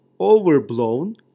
overblown